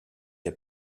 der